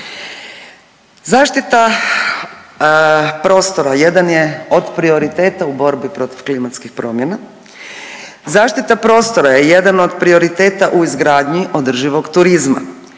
zaštita prostora je jedan od prioriteta u izgradnji održivog turizma,